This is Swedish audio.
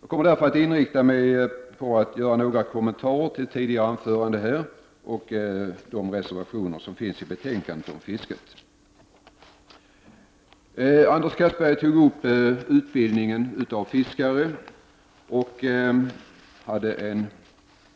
Jag kommer därför att inrikta mig på några kommentarer till tidigare anföranden här och till de reservationer som finns i betänkandet om fisket. Anders Castberger tog upp frågan utbildningen av fiskare och gjorde en